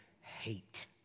hate